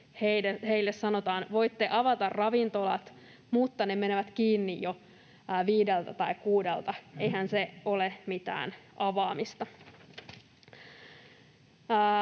heille sanotaan, että voitte avata ravintolat mutta ne menevät kiinni jo viideltä tai kuudelta. Eihän se ole mitään avaamista.